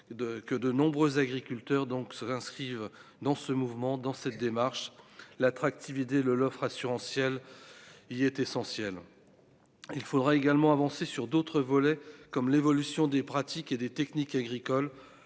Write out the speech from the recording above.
que de nombreux agriculteurs donc s'inscrivent dans ce mouvement dans cette démarche, l'attractivité le l'offre assurantiel, il est essentiel, il faudra également avancer sur d'autres volets comme l'évolution des pratiques et des techniques agricoles,